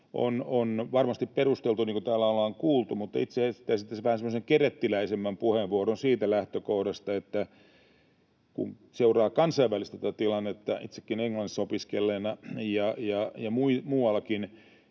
on varmasti perusteltu, niin kuin täällä ollaan kuultu. Mutta itse esittäisin tässä vähän semmoisen kerettiläisemmän puheenvuoron siitä lähtökohdasta, että kun seuraa kansainvälisesti tätä tilannetta, itsekin Englannissa opiskelleena, ja muuallakin,